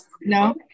no